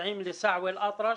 מוסעים ל-סוול אל אטרש,